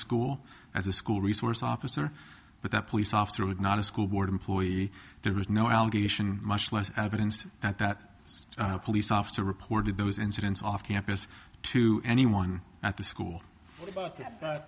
school as a school resource officer but the police officer was not a school board employee there was no allegation much less evidence that that police officer reported those incidents off campus to anyone at the school